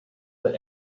but